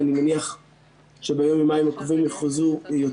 ואני מניח שביום-יומיים הקרובים יוכרזו יותר.